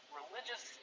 religious